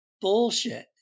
bullshit